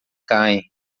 caem